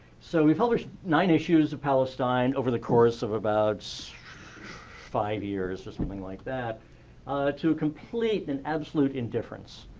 so we published nine issues of palestine over the course of about so five years or something like that to complete and absolute indifference.